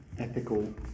Ethical